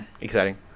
Exciting